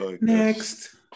Next